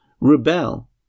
rebel